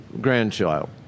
grandchild